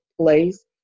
place